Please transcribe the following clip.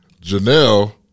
Janelle